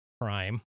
Prime